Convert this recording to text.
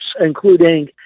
including